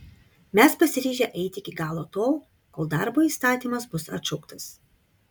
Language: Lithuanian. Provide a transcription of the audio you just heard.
mes pasiryžę eiti iki galo tol kol darbo įstatymas bus atšauktas